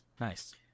nice